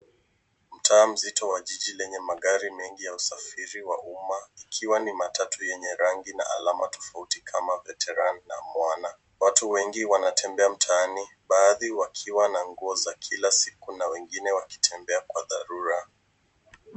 Mtaa mzito wa jiji lenye magari mengi ya usafiri wa uma, ikiwa ni matatu yenye rangi na alama tofauti kama, Veteran na Mwana. Watu wengi wanatembea mtaani, baadhi wakiwa na nguo za kila siku, na wengine wakitembea kwa dharura.